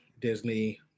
Disney